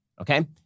okay